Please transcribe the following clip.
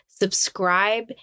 Subscribe